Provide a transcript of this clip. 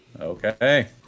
Okay